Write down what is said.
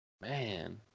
man